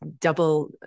double